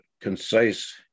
concise